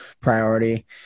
priority